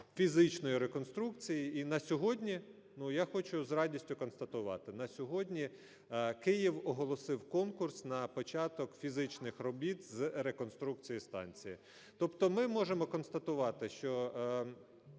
фізичної реконструкції. І на сьогодні, ну, я хочу з радістю констатувати, на сьогодні Київ оголосив конкурс на початок фізичних робіт з реконструкції станції. Тобто ми можемо констатувати, що